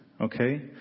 Okay